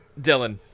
Dylan